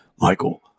Michael